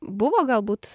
buvo galbūt